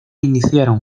iniciaron